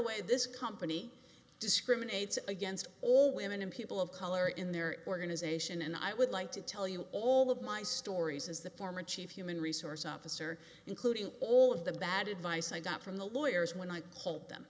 way this company discriminates against all women and people of color in their organization and i would like to tell you all of my stories as the former chief human resource officer including all of the bad advice i got from the lawyers when i hope them